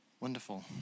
Wonderful